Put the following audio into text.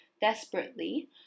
desperately